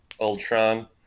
Ultron